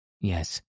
Yes